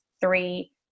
three